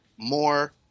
more